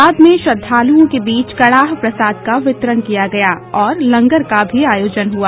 बाद में श्रद्वालुओं के बीच कड़ाह प्रसाद का वितरण किया गया और लंगर का भी आयोजन हुआ